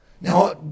Now